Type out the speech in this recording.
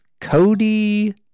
Cody